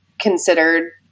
considered